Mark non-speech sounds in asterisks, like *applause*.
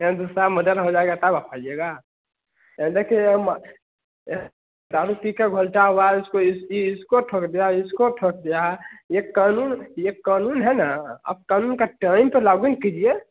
फ़िर दूसरा मडर हो जाएगा तब आप आइएगा *unintelligible* दारू पीकर घोलटा हुआ है उसको इसको ठोक दिया इसको ठोक दिया है एक कानून यह कानून है न आप कानून का टाइम तो लागु ही कीजिए